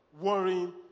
worrying